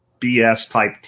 BS-type